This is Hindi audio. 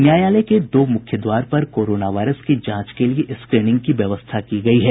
न्यायालय के दो मुख्य द्वार पर कोरोना वायरस की जांच के लिए स्क्रीनिंग की व्यवस्था की गयी है